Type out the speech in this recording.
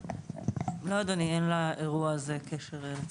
לא אדוני, אין לאירוע הזה קשר לצבא.